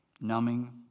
numbing